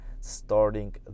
starting